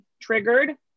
triggered